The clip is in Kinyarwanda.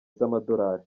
z’amadolari